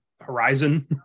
horizon